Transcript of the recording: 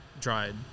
dried